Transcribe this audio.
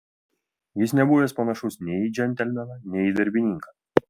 jis nebuvęs panašus nei į džentelmeną nei į darbininką